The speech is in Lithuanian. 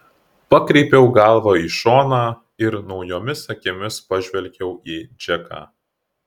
pakreipiau galvą į šoną ir naujomis akimis pažvelgiau į džeką